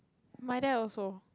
my dad also